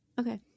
okay